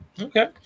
Okay